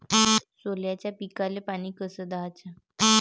सोल्याच्या पिकाले पानी कस द्याचं?